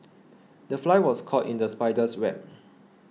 the fly was caught in the spider's web